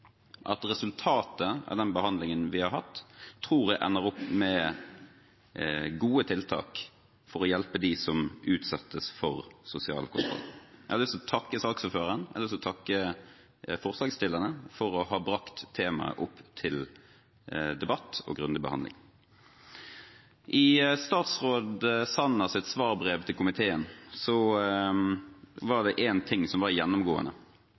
alt: Resultatet av den behandlingen vi har hatt, tror jeg ender opp med gode tiltak for å hjelpe dem som utsettes for sosial kontroll. Så jeg har lyst til å takke saksordføreren og forslagsstillerne for å ha brakt temaet opp til debatt og grundig behandling. I statsråd Sanners svarbrev til komiteen var én ting gjennomgående, og det er at nesten alle forslag som